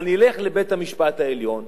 אבל נלך לבית-המשפט העליון,